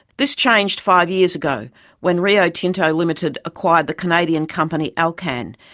this changed five years ago when rio tinto ltd acquired the canadian company alcan,